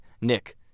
Nick